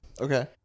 Okay